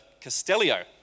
Castellio